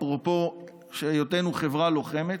אפרופו היותנו חברה לוחמת.